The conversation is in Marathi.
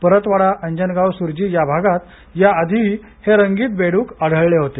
परतवाडा अंजनगाव सूर्जी या भागात याआधीही हे रंगीत बेड्क आढळले होते